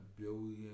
billion